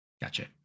Gotcha